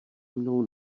mnou